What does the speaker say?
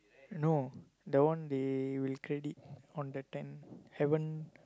no the one they will credit on the tenth haven't